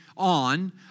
on